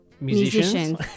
musicians